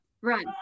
run